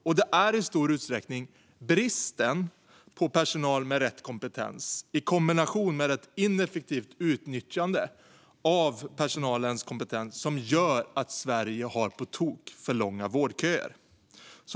Och det är i stor utsträckning bristen på personal med rätt kompetens i kombination med ett ineffektivt utnyttjande av personalens kompetens som gör att Sverige har på tok för långa vårdköer.